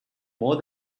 more